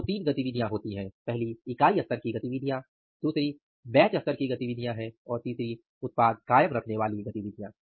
तो 3 गतिविधियाँ होती हैं पहली इकाई स्तर की गतिविधियाँ दूसरी बैच स्तर की गतिविधियाँ हैं और तीसरी उत्पाद कायम रखने वाली गतिविधियाँ